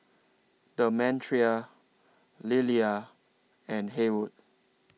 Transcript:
Demetria Lila and Haywood